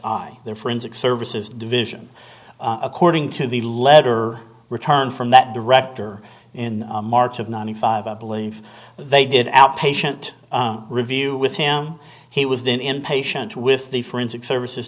their forensic services division according to the letter return from that director in march of ninety five i believe they did outpatient review with him he was then in patient with the forensic services